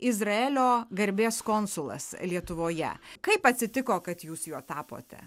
izraelio garbės konsulas lietuvoje kaip atsitiko kad jūs juo tapote